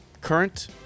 Current